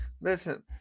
Listen